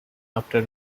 after